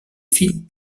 fines